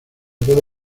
puede